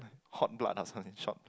hot blood or something short